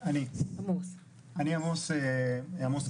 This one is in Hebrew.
אני עמוס כהן,